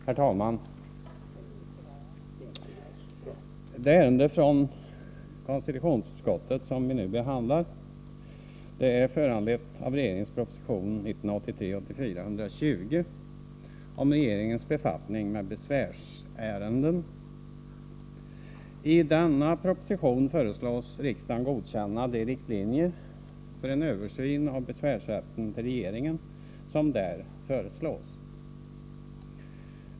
Herr talman! Det ärende från konstitutionsutskottet som vi nu behandlar är föranlett av regeringens proposition 1983/84:120 om regeringens befattning med besvärsärenden. I denna proposition föreslås riksdagen godkänna de riktlinjer för en översyn av rätten att anföra besvär till regeringen som där föreslås.